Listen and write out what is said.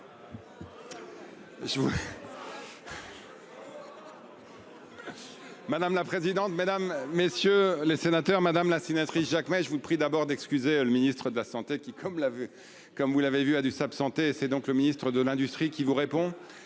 Madame la présidente, mesdames, messieurs les sénateurs, madame la sénatrice Jacques mais je vous prie d'abord d'excuser le ministre de la Santé, qui comme l'a vu comme vous l'avez vu, a dû s'absenter. C'est donc le ministre de l'industrie qui vous répond.